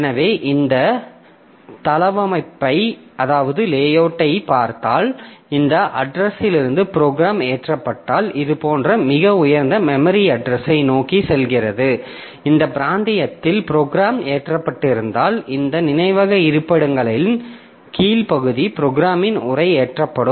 எனவே இந்த தளவமைப்பைப் பார்த்தால் இந்த அட்ரஷிலிருந்து ப்ரோக்ராம் ஏற்றப்பட்டால் இது போன்ற மிக உயர்ந்த மெமரி அட்ரஷை நோக்கி செல்கிறது இந்த பிராந்தியத்தில் ப்ரோக்ராம் ஏற்றப்பட்டிருந்தால் இந்த நினைவக இருப்பிடங்களின் கீழ் பகுதி ப்ரோக்ராமின் உரை ஏற்றப்படும்